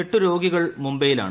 എട്ടു രോഗികൾ മുംബ്ലൈയിലാണ്